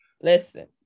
listen